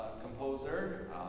composer